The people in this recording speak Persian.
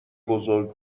بزرگ